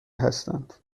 هستند